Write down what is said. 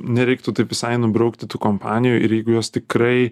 nereiktų taip visai nubraukti tų kompanijų ir jeigu jos tikrai